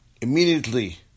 Immediately